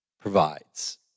provides